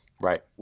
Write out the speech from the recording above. Right